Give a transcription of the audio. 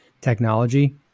technology –